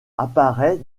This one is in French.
apparaît